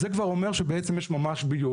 זה כבר אומר שבעצם יש ממש ביוב.